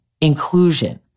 inclusion